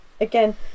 again